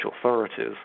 authorities